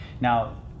Now